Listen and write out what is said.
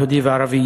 יהודי וערבי,